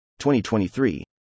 2023